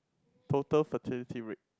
total fertility rate